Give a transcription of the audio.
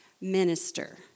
Minister